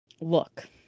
look